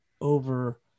over